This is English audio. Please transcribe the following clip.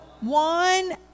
one